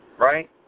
right